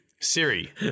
Siri